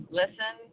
listen